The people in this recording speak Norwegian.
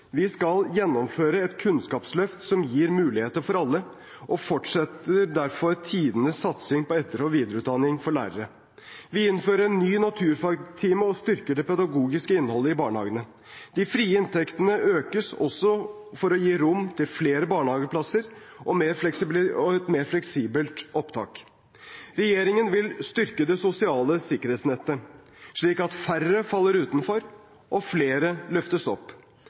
Vi skal gjennomføre et kunnskapsløft som gir muligheter for alle, og fortsetter derfor tidenes satsing på etter- og videreutdanning av lærere. Vi innfører en ny naturfagtime og styrker det pedagogiske innholdet i barnehagene. De frie inntektene økes også for å gi rom for flere barnehageplasser og mer fleksibelt opptak. Regjeringen vil styrke det sosiale sikkerhetsnettet, slik at færre faller utenfor, og flere løftes opp.